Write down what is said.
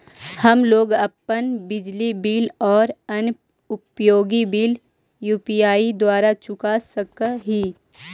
हम लोग अपन बिजली बिल और अन्य उपयोगि बिल यू.पी.आई द्वारा चुका सक ही